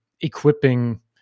equipping